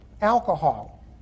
alcohol